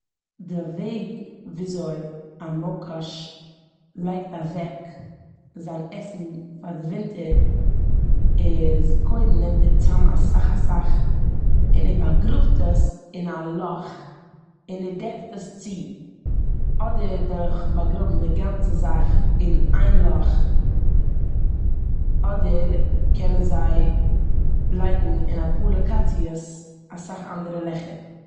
די וועג וויאזוי א מויקאש לייגט אוועק זיין עסן פאר די ווינטער איז קודם נעמט ער צאם אסאך אסאך און ער באגראבט עס אין א לאך און ער דעקט עס צו, אדער דורכן באגראבן די גאנצע זאך אין איין לאך אדער קענען זיי לייגן אין אפאר לאקאציעס אסאך אנדערע לעכער.